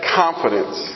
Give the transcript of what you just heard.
confidence